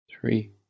Three